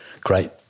great